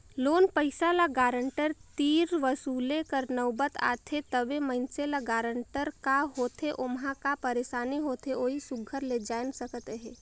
loan पइसा ल guarantor तीर वसूले कर नउबत आथे तबे मइनसे ल गारंटर का होथे ओम्हां का पइरसानी होथे ओही सुग्घर ले जाएन सकत अहे